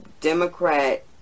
Democrat